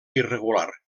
irregular